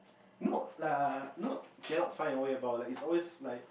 no like not cannot find a way about it's always like